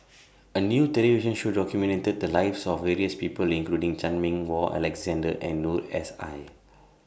A New television Show documented The Lives of various People including Chan Meng Wah Alexander and Noor S I